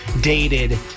dated